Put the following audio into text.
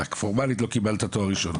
פורמלית לא קיבלת תואר ראשון.